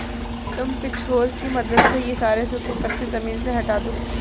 तुम पिचफोर्क की मदद से ये सारे सूखे पत्ते ज़मीन से हटा दो